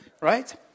right